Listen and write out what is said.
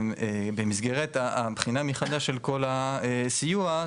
במסגרת הבחינה מחדש של כל הסיוע,